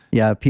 yeah,